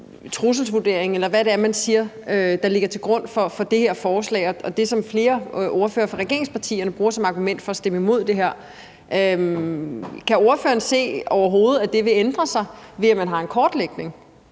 trusselsvurdering, eller hvad det er, man siger, der ligger til grund for det her forslag – og det er det, som flere ordførere fra regeringspartierne bruger som argument for at stemme imod det her – kan ordføreren så overhovedet se, at den vil ændre sig, ved at man har en kortlægning?